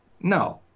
No